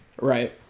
Right